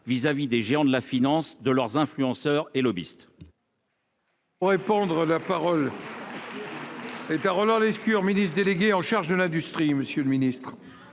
vis-à-vis des géants de la finance, de leurs influenceurs et lobbyistes